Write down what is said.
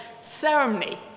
ceremony